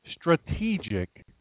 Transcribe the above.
strategic